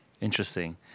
Interesting